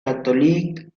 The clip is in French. catholique